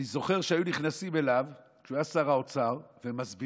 אני זוכר שהיו נכנסים אליו כשהוא היה שר האוצר ומסבירים